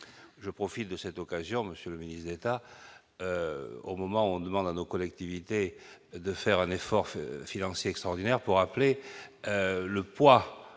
je profite de cette occasion Monsieur le ministre d'État, au moment où on demande à nos collectivités de faire un effort financier extraordinaire pour appeler le poids